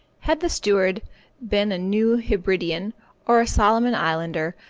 had the steward been a new hebridean or a solomon islander,